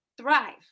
thrive